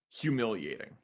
humiliating